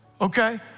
okay